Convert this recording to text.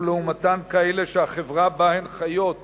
ולעומתן כאלה שהחברה שבה הן חיות